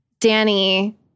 Danny